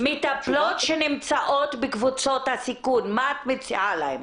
מטפלות שנמצאות בקבוצות הסיכון, מה את מציעה להן?